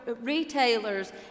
retailers